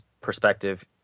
perspective